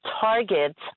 targets